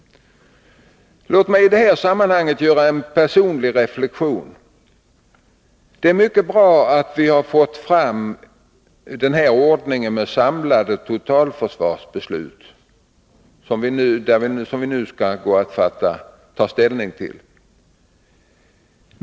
Låt mig i detta sammanhang göra en personlig reflexion. Det är mycket bra att vi har fått till stånd en ordning med ett samlat totalförsvarsbeslut, som det vi i dag skall fatta.